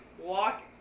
walk